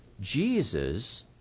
Jesus